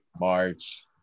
March